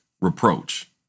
reproach